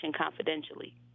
confidentially